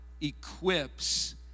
equips